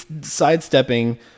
sidestepping